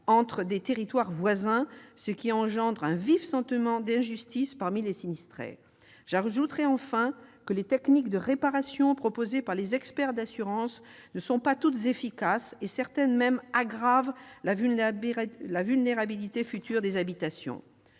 entre des territoires voisins, ce qui alimente un vif sentiment d'injustice chez les sinistrés. J'ajoute que les techniques de réparation proposées par les experts des compagnies d'assurances ne sont pas toutes efficaces : certaines aggravent même la vulnérabilité des habitations